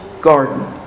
garden